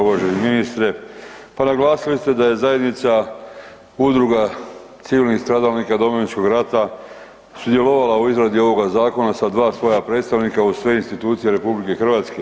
Uvaženi ministre pa naglasili ste da je zajednica udruga civilnih stradalnika Domovinskog rata sudjelovala u izradi ovoga zakona sa dva svoja predstavnika uz sve institucije RH.